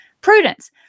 prudence